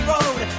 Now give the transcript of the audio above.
Road